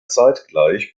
zeitgleich